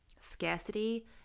scarcity